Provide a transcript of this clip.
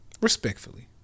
respectfully